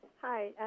Hi